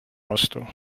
vastu